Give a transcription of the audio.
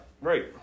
Right